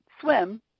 swim